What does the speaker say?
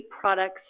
products